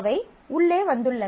அவை உள்ளே வந்துள்ளன